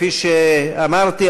כפי שאמרתי,